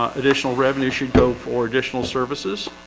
additional revenue should go for additional services